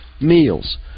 meals